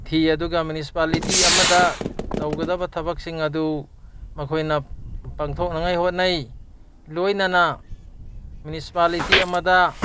ꯊꯤ ꯑꯗꯨꯒ ꯃ꯭ꯌꯨꯅꯤꯁꯤꯄꯥꯂꯤꯇꯤ ꯑꯃꯗ ꯇꯧꯒꯗꯕ ꯊꯕꯛꯁꯤꯡ ꯑꯗꯨ ꯃꯈꯣꯏꯅ ꯄꯥꯡꯊꯣꯛꯅꯉꯥꯏ ꯍꯣꯠꯅꯩ ꯂꯣꯏꯅꯅ ꯃ꯭ꯌꯨꯅꯤꯁꯤꯄꯥꯂꯤꯇꯤ ꯑꯃꯗ